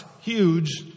huge